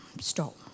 stop